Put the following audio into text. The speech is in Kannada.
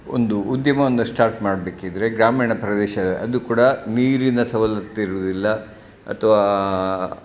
ಒಂದು ಉದ್ಯಮವೊಂದು ಶ್ಟಾರ್ಟ್ ಮಾಡಬೇಕಿದ್ರೆ ಗ್ರಾಮೀಣ ಪ್ರದೇಶ ಅದು ಕೂಡ ನೀರಿನ ಸವಲತ್ತಿರೋದಿಲ್ಲ ಅಥ್ವಾ